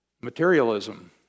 materialism